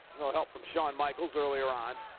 little help from shawn michaels earlier on,